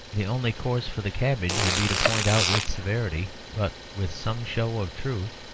the only course for the cabbage would be to point out with severity, but with some show of truth,